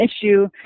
issue